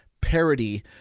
parody